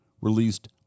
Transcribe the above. released